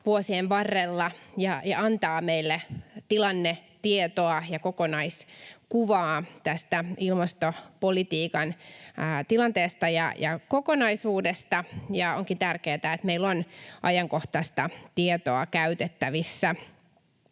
vuosien varrella ja antaa meille tilannetietoa ja kokonaiskuvaa tästä ilmastopolitiikan tilanteesta ja kokonaisuudesta. Onkin tärkeätä, että meillä on ajankohtaista tietoa käytettävissä.